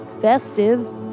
festive